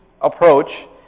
approach